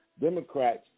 Democrats